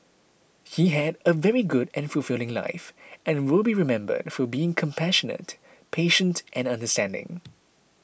he had a very good and fulfilling life and will be remembered for being compassionate patient and understanding